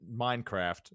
minecraft